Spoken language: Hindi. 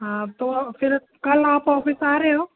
हाँ तो फिर कल आप ऑफ़िस आ रहे हो